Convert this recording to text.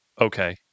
okay